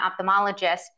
ophthalmologist